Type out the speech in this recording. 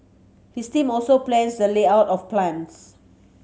his team also plans the layout of plants